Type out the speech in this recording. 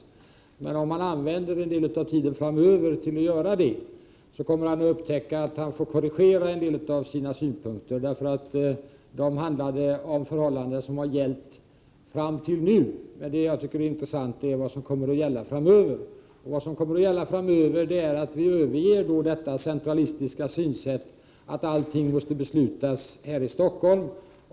Om han framöver använder en del av tiden till att göra detta så kommer han att upptäcka att han får korrigera en del av sina synpunkter eftersom de baserats på förhållanden som gällt fram till nu. Men det som jag tycker är intressant är vad som kommer att gälla framöver. Vad som kommer att gälla framöver är att vi överger detta centralistiska synsätt att allting måste beslutas här i Stockholm.